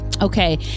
Okay